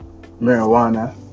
marijuana